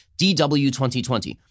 DW2020